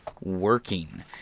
working